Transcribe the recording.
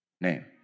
name